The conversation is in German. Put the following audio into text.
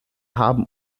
haben